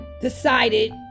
decided